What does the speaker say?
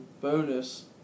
bonus